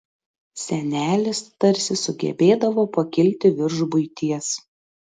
senelis tarsi sugebėdavo pakilti virš buities